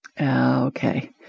Okay